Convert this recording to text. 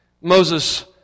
Moses